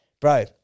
Bro